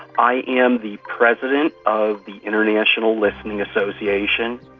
i am the president of the international listening association,